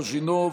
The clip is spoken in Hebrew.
אנדרי קוז'ינוב,